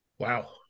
wow